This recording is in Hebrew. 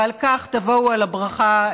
ועל כך תבואו על הברכה,